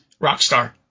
Rockstar